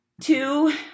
two